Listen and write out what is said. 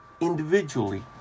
individually